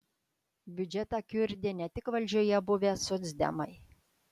biudžetą kiurdė ne tik valdžioje buvę socdemai